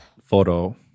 photo